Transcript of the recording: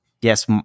yes